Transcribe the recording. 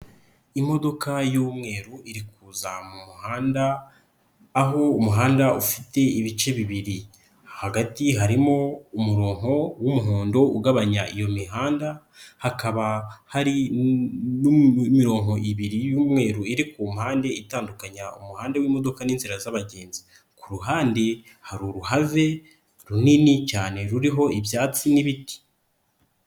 Imodoka y'umweru iri kuza mu muhanda, aho umuhanda ufite ibice bibiri, hagati harimo umurongo w'umuhondo ugabanya iyo mihanda hakaba hari n'imirongo ibiri y'umweru iri ku mpande itandukanya umuhanda wi'imodoka n'inzira z'abagenzi ku ruhande hari uruhave runini cyane ruriho ibyatsi n'ibiti.